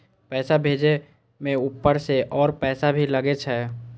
पैसा भेजे में ऊपर से और पैसा भी लगे छै?